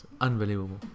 unbelievable